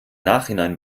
nachhinein